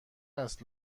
است